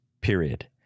period